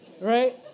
right